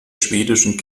schwedischen